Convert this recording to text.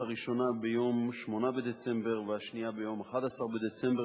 הראשונה ביום 8 בדצמבר והשנייה ביום 11 בדצמבר,